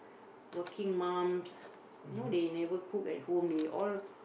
working mums you know they never cook at home they all